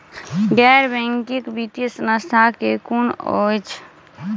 गैर बैंकिंग वित्तीय संस्था केँ कुन अछि?